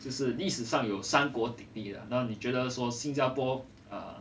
就是历史上有三国鼎立 lah 那你觉得说新加坡 err